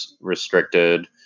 restricted